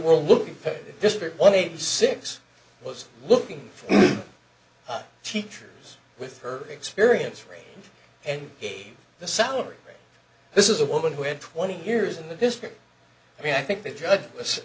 were looking for just one eighty six was looking for teachers with her experience rape and if the salary this is a woman who had twenty years in the district i mean i think the judge was